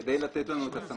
זה רק להסמיך את השר.